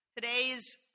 Today's